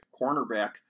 cornerback